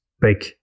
big